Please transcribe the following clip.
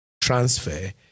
transfer